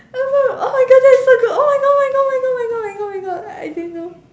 I found oh my god that is so cool oh my god oh my god oh my god oh my god oh my god I didn't know